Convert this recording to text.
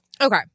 Okay